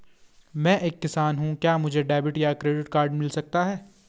मैं एक किसान हूँ क्या मुझे डेबिट या क्रेडिट कार्ड मिल सकता है?